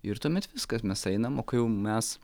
ir tuomet viskas mes einam o kai jau mes